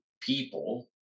people